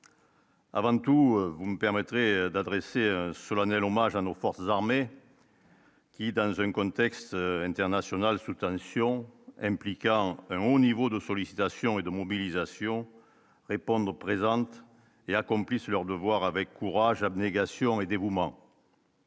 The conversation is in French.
Avant tout, vous me permettrez d'adresser solennel hommage à nos forces armées. Qui, dans un contexte international sous tension impliquant au niveau de sollicitation et de mobilisation répondre présente et accomplissent leur devoir avec courage, abnégation et dévouement.